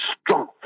strong